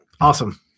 awesome